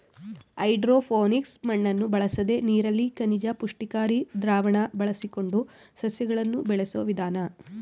hydroponics ಮಣ್ಣನ್ನು ಬಳಸದೆ ನೀರಲ್ಲಿ ಖನಿಜ ಪುಷ್ಟಿಕಾರಿ ದ್ರಾವಣ ಬಳಸಿಕೊಂಡು ಸಸ್ಯಗಳನ್ನು ಬೆಳೆಸೋ ವಿಧಾನ